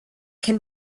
can